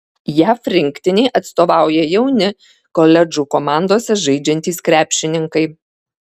jav rinktinei atstovauja jauni koledžų komandose žaidžiantys krepšininkai